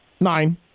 nine